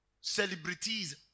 celebrities